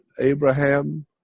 abraham